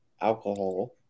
alcohol